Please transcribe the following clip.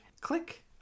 click